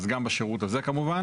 אז גם בשירות הזה כמובן,